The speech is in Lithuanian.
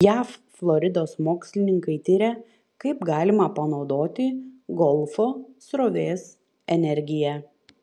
jav floridos mokslininkai tiria kaip galima panaudoti golfo srovės energiją